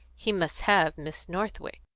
he must have miss northwick,